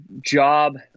Job